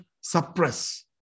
suppress